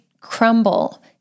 crumble